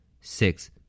Six